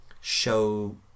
show